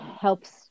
helps